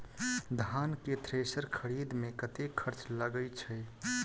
धान केँ थ्रेसर खरीदे मे कतेक खर्च लगय छैय?